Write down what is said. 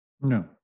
No